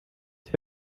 das